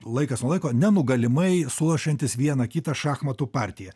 laikas nuo laiko nenugalimai sulošiantis vieną kitą šachmatų partiją